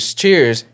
cheers